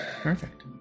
Perfect